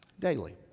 daily